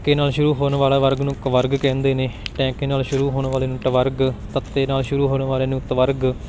ਕ ਨਾਲ ਸ਼ੁਰੂ ਹੋਣ ਵਾਲੇ ਨੂੰ ਕਵਰਗ ਕਹਿੰਦੇ ਨੇ ਟ ਨਾਲ ਸ਼ੁਰੂ ਹੋਣ ਵਾਲੇ ਨੂੰ ਟਵਰਗ ਤ ਨਾਲ ਸ਼ੁਰੂ ਹੋਣ ਵਾਲੇ ਨੂੰ ਤਵਰਗ